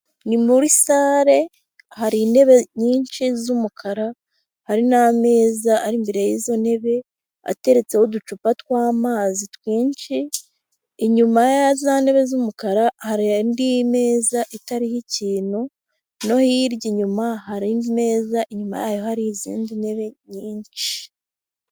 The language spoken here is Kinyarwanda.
Ni muri sare hari intebe nyinshi z'umukara, hari n'ameza ari imbere y'izo ntebe ateretseho uducupa tw'amazi twinshi, inyuma ya za ntebe z'umukara hari indi meza itariho ikintu no hirya inyuma hari imeza inyuma yayo hari izindi ntebe nyinshi.